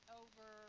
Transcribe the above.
over